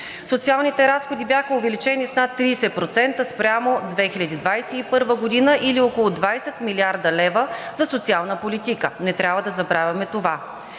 Социалните разходи бяха увеличени с над 30% спрямо 2021 г., или около 20 млрд. лв. за социална политика – не трябва да забравяме това.